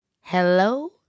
hello